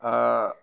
হ্যাঁ